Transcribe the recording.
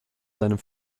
seinem